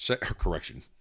correction